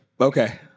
Okay